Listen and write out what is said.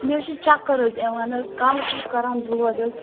مےٚ حظ چھِ چکر حظ یِوان حظ کَلَس چھُم کَران دود حظ